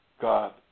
God